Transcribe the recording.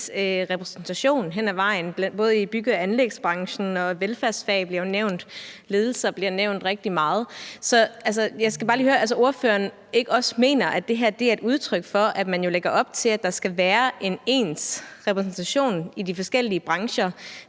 en ens repræsentation hen ad vejen. Både bygge- og anlægsbranchen og velfærdsfag bliver jo nævnt, og ledelser bliver nævnt rigtig meget. Så jeg skal bare lige høre, om ordføreren ikke også mener, at det her er et udtryk for, at man lægger op til, at der skal være en ens repræsentation i de forskellige brancher,